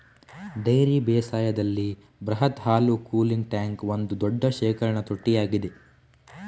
dairy ಬೇಸಾಯದಲ್ಲಿ ಬೃಹತ್ ಹಾಲು ಕೂಲಿಂಗ್ ಟ್ಯಾಂಕ್ ಒಂದು ದೊಡ್ಡ ಶೇಖರಣಾ ತೊಟ್ಟಿಯಾಗಿದೆ